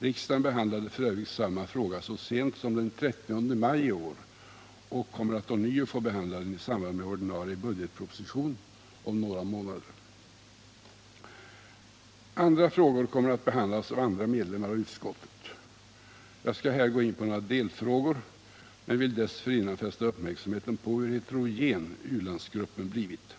Riksdagen behandlade f. ö. samma fråga så sent som den 30 maj i år, och kommer att ånyo få behandla den i samband med den ordinarie budgetpropositionen om några månader. Andra frågor kommer att behandlas av andra medlemmar av utskottet. Jag skall här gå in på några delfrågor, men vill dessförinnan fästa uppmärksamheten på hur heterogen u-landsgruppen har blivit.